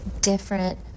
different